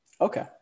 Okay